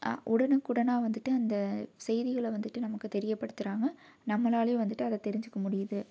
உடனுக்குடனாக வந்துட்டு அந்த செய்திகளை வந்துட்டு நமக்கு தெரியப்படுத்துகிறாங்க நம்மளாலேயே வந்துட்டு அதை தெரிஞ்சுக்க முடியுது